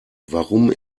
warum